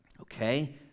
Okay